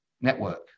network